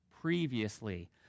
previously